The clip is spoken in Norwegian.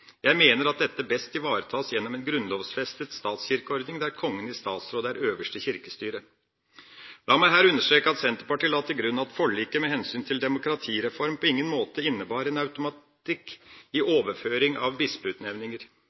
Jeg mener at dette best ivaretas gjennom en grunnlovfestet statskirkeordning, der Kongen i statsråd er øverste kirkestyre. La meg her understreke at Senterpartiet la til grunn at forliket med hensyn til demokratireform på ingen måte innebar en automatikk i overføring av